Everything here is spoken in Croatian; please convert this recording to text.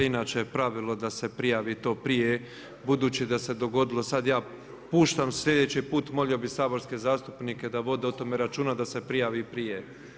Inače je pravilo da se prijavi to prije, budući da se dogodilo, sad ja puštam, slijedeći put molio bih saborske zastupnike da vode o tome računa da se prijavi prije.